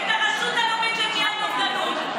את הרשות הלאומית למניעת אובדנות,